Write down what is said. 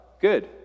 good